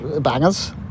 bangers